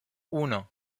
uno